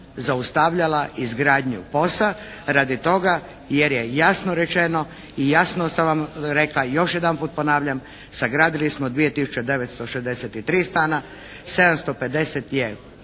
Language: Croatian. zaustavljala izgradnju POS-a radi toga jer je jasno rečeno i jasno sam vam rekla i još jedanput ponavljam sagradili smo 2963 stana. 750 je